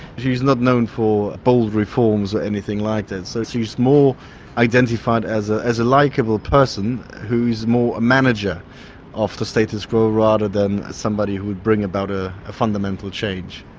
she is not known for bold reforms or anything like that, so she is more identified as ah as a likeable person who is more a manager of the status quo rather than somebody who would bring about ah a fundamental change.